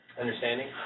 Understanding